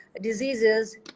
diseases